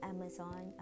Amazon